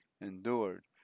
endured